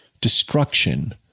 destruction